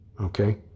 Okay